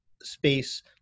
space